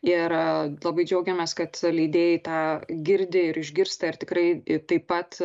ir labai džiaugiamės kad leidėjai tą girdi ir išgirsta ir tikrai taip pat